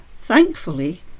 Thankfully